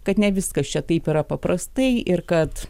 kad ne viskas čia taip yra paprastai ir kad